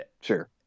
Sure